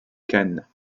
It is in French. cannes